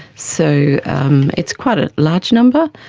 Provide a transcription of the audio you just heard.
so it's quite a large number,